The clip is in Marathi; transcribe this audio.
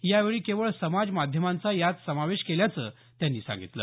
यावेळी केवळ समाज माध्यमांचा यात समावेश केल्याचं त्यांनी सांगितलं